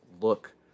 look